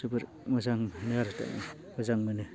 जोबोर मोजां मोनो आरो जों मोजां मोनो